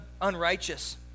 unrighteous